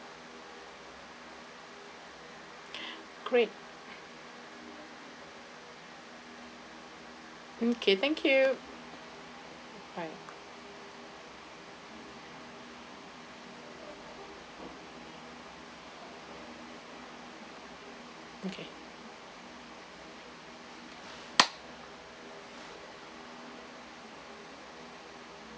great okay thank you bye okay